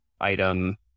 item